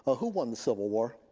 ah who won the civil war?